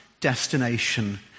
Destination